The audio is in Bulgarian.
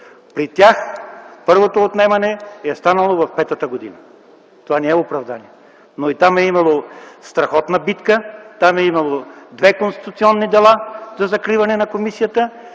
При тях първото отнемане е станало в петата година. Това не е оправдание, но и там е имало страхотна битка, имало е две конституционни дела за закриване на комисията,